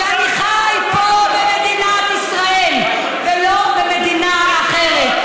שאני חי פה במדינת ישראל ולא במדינה אחרת.